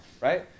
right